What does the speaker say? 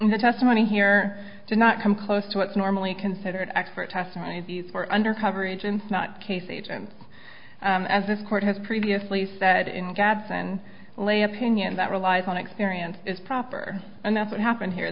the testimony here to not come close to what's normally considered expert testimony these were undercover agents not case agents as this court has previously said in gadson lay opinion that relies on experience is proper and that's what happened here